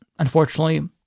Unfortunately